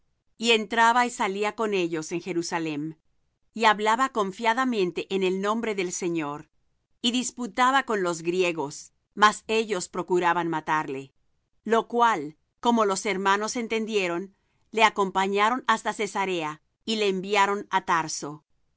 y entraba y salía con ellos en jerusalem y hablaba confiadamente en el nombre del señor y disputaba con los griegos mas ellos procuraban matarle lo cual como los hermanos entendieron le acompañaron hasta cesarea y le enviaron á tarso